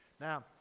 Now